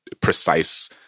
precise